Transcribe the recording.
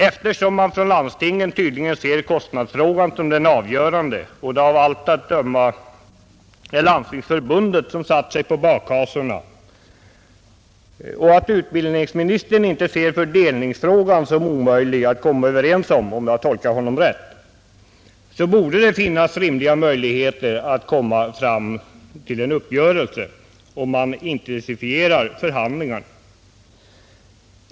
Eftersom man från landstingens sida tydligen ser kostnadsfrågan som avgörande och det av allt att döma är Svenska landstingsförbundet som satt sig på bakhasorna och eftersom utbildningsministern inte ser fördelningsfrågan som omöjlig att komma överens om — om jag tolkade hans ord rätt — borde det finnas rimliga möjligheter att nå en uppgörelse, om förhandlingarna intensifieras.